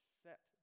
set